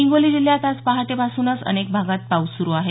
हिंगोली जिल्ह्यात आज पहाटेपासूनच अनेक भागात पाऊस सुरू आहे